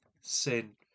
sin